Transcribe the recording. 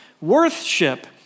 worship